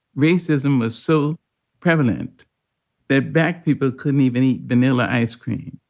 racism was so prevalent that black people could move any vanilla ice cream